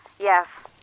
Yes